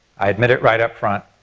i admit it right up front.